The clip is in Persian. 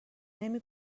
نمی